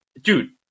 Dude